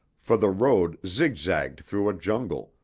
for the road zigzagged through a jungle,